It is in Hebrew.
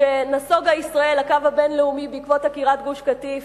כשנסוגה ישראל לקו הבין-לאומי בעקבות עקירת גוש-קטיף,